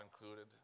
included